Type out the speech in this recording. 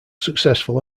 successful